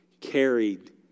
carried